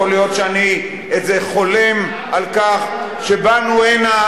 יכול להיות שאני איזה חולם על כך שבאנו הנה,